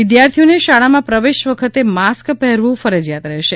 વિદ્યાર્થીઓને શાળામાં પ્રવેશ વખતે માસ્ક પહેરવું ફરજિયાત રહેશે